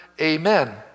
Amen